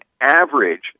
average